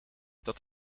dat